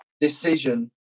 decision